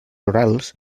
orals